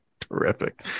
terrific